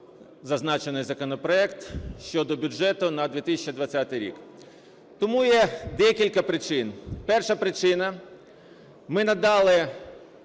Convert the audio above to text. зазначений законопроект щодо бюджету на 2020 рік. Тому є декілька причин. Перша причина – ми надали